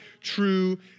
true